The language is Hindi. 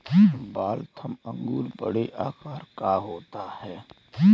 वाल्थम अंगूर बड़े आकार का होता है